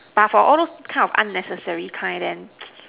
but for all those kind of unnecessary kind then